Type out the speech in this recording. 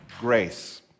grace